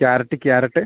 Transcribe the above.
carrot carrot